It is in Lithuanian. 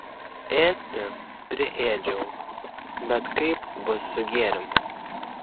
ėsti priėdžiau bet kaip bus su gėrimu